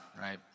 right